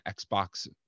xbox